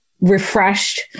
refreshed